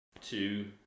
two